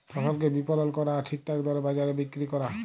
ফসলকে বিপলল ক্যরা আর ঠিকঠাক দরে বাজারে বিক্কিরি ক্যরা